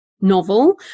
novel